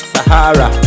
Sahara